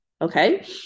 Okay